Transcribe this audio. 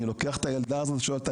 אני לוקח את הילדה הזאת ושואל אותה,